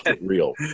real